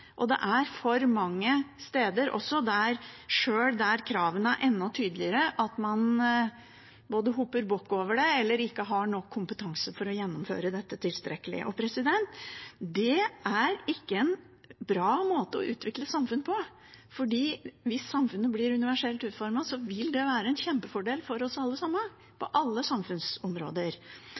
og det er for mange steder også slik – sjøl der kravene er enda tydeligere – at man enten hopper bukk over det, eller ikke har nok kompetanse til å gjennomføre det tilstrekkelig. Det er ikke en bra måte å utvikle et samfunn på, for hvis samfunnet blir universelt utformet, vil det være en kjempefordel for oss alle sammen på alle samfunnsområder.